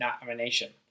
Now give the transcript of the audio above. nomination